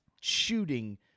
shooting